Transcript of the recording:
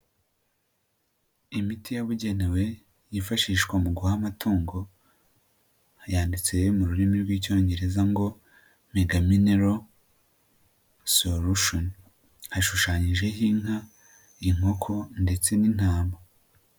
Imiti yabugenewe yifashishwa mu guha amatungo yanditse mu rurimi rw'i icyongereza ngo megaminero sorution ashushanyijeho inka, inkoko ndetse n'intama.